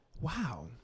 Wow